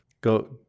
Go